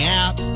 out